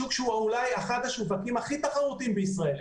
שוק שהוא אולי אחד השווקים הכי תחרותיים בישראל.